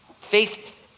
faith